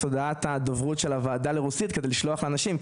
הודעת הדוברות של הוועדה כדי לשלוח לאנשים,